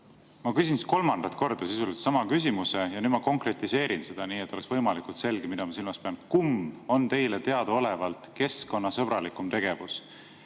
Ma küsin siis kolmandat korda sisuliselt sama küsimuse ja nüüd ma konkretiseerin seda nii, et oleks võimalikult selge, mida ma silmas pean. Kumb on teile teadaolevalt keskkonnasõbralikum tegevus